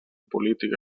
política